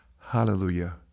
hallelujah